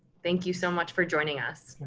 thank you so much for joining us.